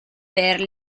père